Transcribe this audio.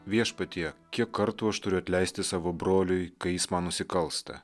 viešpatie kiek kartų aš turiu atleisti savo broliui kai jis man nusikalsta